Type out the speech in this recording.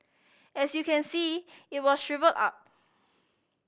as you can see it was shrivelled up